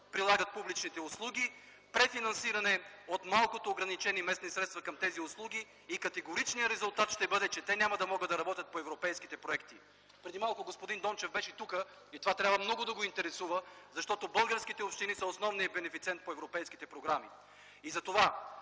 прилагат публичните услуги, префинансиране от малкото ограничени местни средства към тези услуги и категоричният резултат ще бъде, че те няма да могат да работят по европейските проекти. Преди малко господин Данчев беше тук и това трябва много да го интересува, защото българските общини са основният бенефициент по европейските програми.